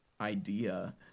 idea